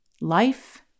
Life